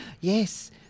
Yes